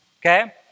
okay